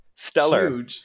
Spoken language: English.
Stellar